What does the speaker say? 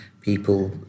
people